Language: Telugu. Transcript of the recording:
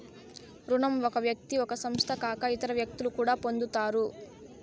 రుణం ఒక వ్యక్తి ఒక సంస్థ కాక ఇతర వ్యక్తులు కూడా పొందుతారు